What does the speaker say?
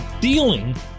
dealing